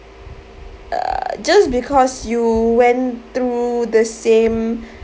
uh just because you went through the same